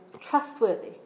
trustworthy